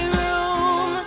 room